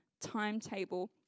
timetable